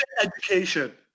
education